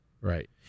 right